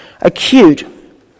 acute